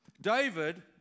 David